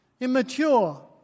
immature